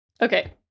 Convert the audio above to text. Okay